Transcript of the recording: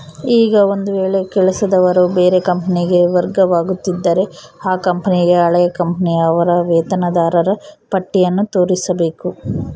ಈಗ ಒಂದು ವೇಳೆ ಕೆಲಸದವರು ಬೇರೆ ಕಂಪನಿಗೆ ವರ್ಗವಾಗುತ್ತಿದ್ದರೆ ಆ ಕಂಪನಿಗೆ ಹಳೆಯ ಕಂಪನಿಯ ಅವರ ವೇತನದಾರರ ಪಟ್ಟಿಯನ್ನು ತೋರಿಸಬೇಕು